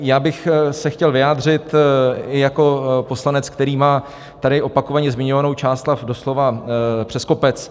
Já bych se chtěl vyjádřit jako poslanec, který má tady opakovaně zmiňovanou Čáslav doslova přes kopec.